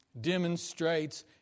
demonstrates